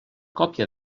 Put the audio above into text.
còpia